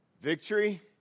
Victory